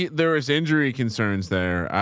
ah there was injury concerns there.